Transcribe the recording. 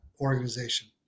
organization